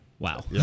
Wow